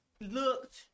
looked